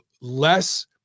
less